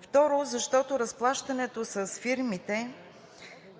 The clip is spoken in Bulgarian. Второ, защото разплащането с фирмите